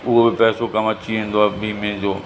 उहो बि पैसो कमु अची वेंदो आहे बीमे जो